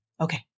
Okay